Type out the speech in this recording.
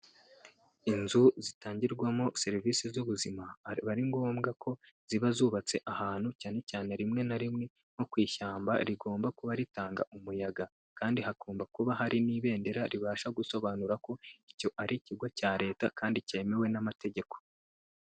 Inzu zitangirwamo serivisi z'ubuzima, aba ari ngombwa ko ziba zubatse ahantu, cyane cyane rimwe na rimwe nko ku ishyamba rigomba kuba ritanga umuyaga, kandi hagomba kuba harimo n'ibendera ribasha gusobanura ko icyo ari ikigo cya Leta, kandi cyemewe n'amategeko.